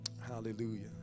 Hallelujah